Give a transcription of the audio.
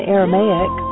Aramaic